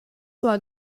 vor